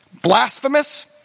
Blasphemous